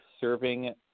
serving